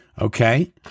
Okay